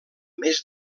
més